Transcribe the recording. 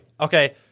Okay